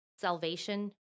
salvation